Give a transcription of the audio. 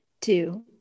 two